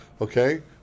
Okay